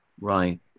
Right